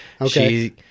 Okay